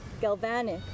galvanic